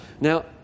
Now